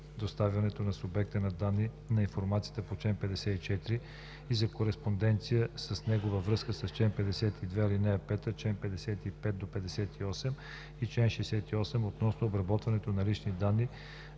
предоставяне на субекта на данни на информацията по чл. 54 и за кореспонденция с него във връзка с чл. 52, ал. 5, чл. 55 – 58 и 68 относно обработването на лични данни